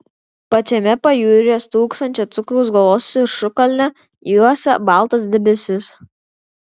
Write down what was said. pačiame pajūryje stūksančią cukraus galvos viršukalnę juosia baltas debesis